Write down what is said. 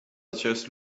acest